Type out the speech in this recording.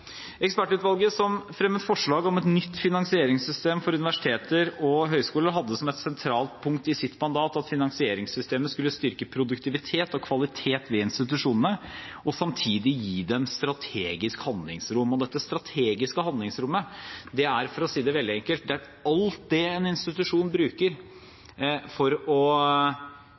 Ekspertutvalget som fremmet forslag om et nytt finansieringssystem for universiteter og høyskoler, hadde som et sentralt punkt i sitt mandat at finansieringssystemet skulle styrke produktivitet og kvalitet ved institusjonene og samtidig gi dem strategisk handlingsrom. Dette strategiske handlingsrommet er, for å si det veldig enkelt, alt det en institusjon bruker